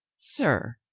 sir,